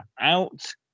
out